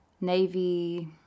Navy